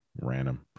random